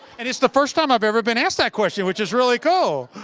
and it's the first time i've ever been asked that question, which is really cool.